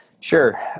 Sure